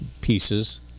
Pieces